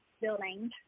building